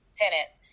tenants